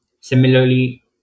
Similarly